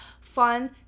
fun